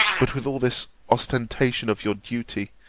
but, with all this ostentation of your duty,